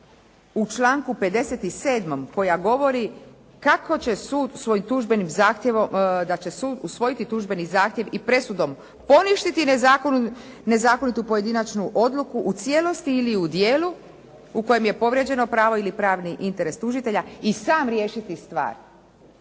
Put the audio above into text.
tužbenim zahtjevom, da će sud usvojiti tužbeni zahtjev i presudom poništiti nezakonitu pojedinačnu odluku u cijelosti ili u dijelu u kojem je povrijeđeno pravo ili pravni interes tužitelja i sam riješiti stvar.